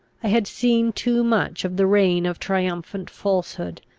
i had seen too much of the reign of triumphant falsehood,